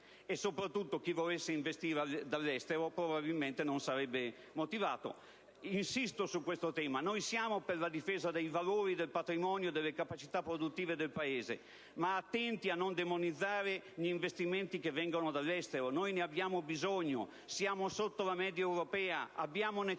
e, soprattutto, chi volesse investire dall'estero probabilmente non sarebbe motivato. Insisto su questo tema. Noi siamo per la difesa dei valori, del patrimonio e delle capacità produttive del Paese, ma attenti a non demonizzare gli investimenti che vengono dall'estero. Ne abbiamo bisogno, siamo sotto la media europea, abbiamo necessità